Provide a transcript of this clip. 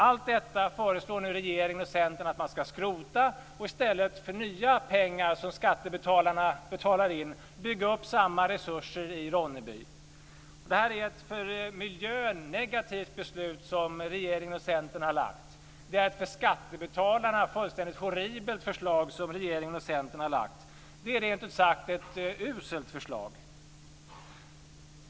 Allt detta föreslår nu regeringen och Centern att man ska skrota och för nya pengar som skattebetalarna betalar in i stället bygga upp samma resurser i Ronneby. Det är ett för miljön negativt förslag som regeringen och Centern har lagt fram. Det är ett för skattebetalarna fullständigt horribelt förslag som regeringen och Centern har lagt fram. Det är rent ut sagt ett uselt förslag.